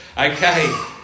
Okay